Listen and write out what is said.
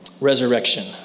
Resurrection